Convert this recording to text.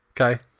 okay